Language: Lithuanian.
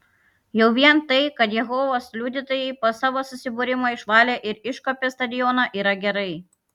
jau vien tai kad jehovos liudytojai po savo susibūrimo išvalė ir iškuopė stadioną yra gerai